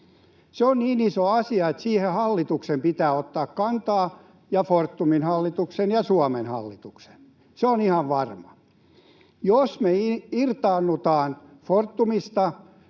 Se on niin iso asia, että siihen hallituksen pitää ottaa kantaa, Fortumin hallituksen ja Suomen hallituksen. Se on ihan varma. Jos me irtaannutaan Fortumista,